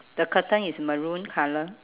the curtain is maroon colour